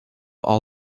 all